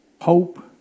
Hope